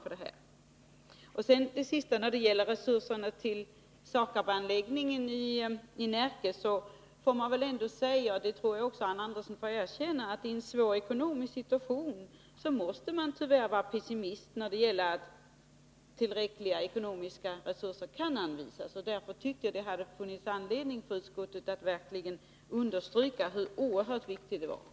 Vad beträffar resurserna till SAKAB-anläggningen i Närke är det väl ändå så + och det tror jag också att Arne Andersson i Ljung erkänner — att man i en svår ekonomisk situation tyvärr måste vara pessimist när det gäller om tillräckliga ekonomiska resurser kan anvisas. Därför hade det funnits anledning för utskottet att verkligen understryka hur oerhört viktig den frågan är.